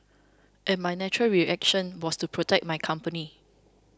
and my natural reaction was to protect my company